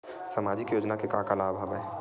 सामाजिक योजना के का का लाभ हवय?